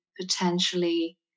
potentially